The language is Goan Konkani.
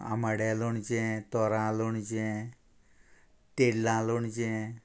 आमाड्या लोणचें तोरां लोणचें तेड्लां लोणचें